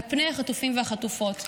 על פני החטופים והחטופות.